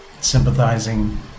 sympathizing